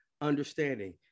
understanding